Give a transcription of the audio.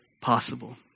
possible